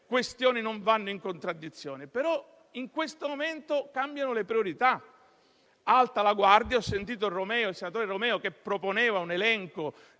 questioni non vadano in contraddizione, però in questo momento cambiano le priorità: sia alta la guardia - ho sentito il senatore Romeo proporre un elenco di